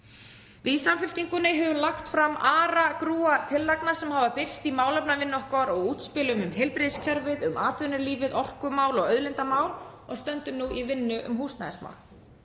Við í Samfylkingunni höfum lagt fram aragrúa tillagna sem hafa birst í málefnavinnu okkar og útspili um heilbrigðiskerfið, um atvinnulífið, orkumál og auðlindamál og stöndum nú í vinnu um húsnæðismál.